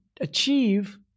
achieve